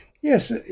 Yes